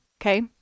okay